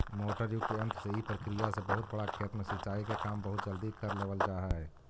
motor युक्त यन्त्र से इ प्रक्रिया से बहुत बड़ा खेत में सिंचाई के काम बहुत जल्दी कर लेवल जा हइ